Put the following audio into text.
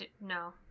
no